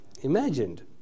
imagined